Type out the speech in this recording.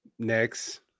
Next